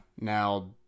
Now